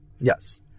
Yes